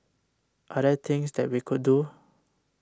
are there things that we could do